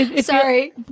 Sorry